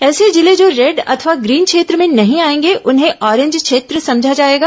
ऐसे जिले जो रेड अथवा ग्रीन क्षेत्र में नहीं आयेंगे उन्हें ऑरेंज क्षेत्र समझा जाएगा